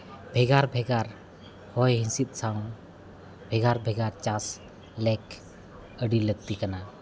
ᱵᱷᱮᱜᱟᱨ ᱵᱷᱮᱜᱟᱨ ᱦᱚᱭ ᱦᱤᱸᱥᱤᱫ ᱥᱟᱶ ᱵᱷᱮᱜᱟᱨ ᱵᱷᱮᱜᱟᱨ ᱪᱟᱥ ᱞᱮᱠ ᱟᱹᱰᱤ ᱞᱟᱹᱠᱛᱤ ᱠᱟᱱᱟ